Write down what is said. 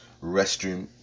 restroom